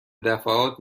دفعات